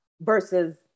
versus